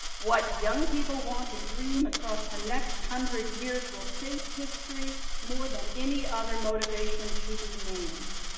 what young people want and dream across the next hundred years will shape history more than any other motivation to be named.